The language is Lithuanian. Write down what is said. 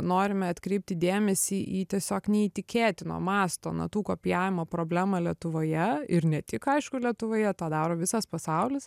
norime atkreipti dėmesį į tiesiog neįtikėtino masto natų kopijavimo problemą lietuvoje ir ne tik aišku lietuvoje tą daro visas pasaulis